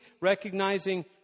recognizing